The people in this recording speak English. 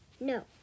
No